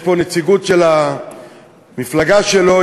יש פה נציגות של המפלגה שלו,